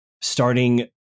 starting